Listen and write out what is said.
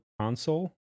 console